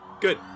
good